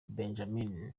benjamin